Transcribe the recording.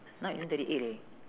now eleven thirty eight leh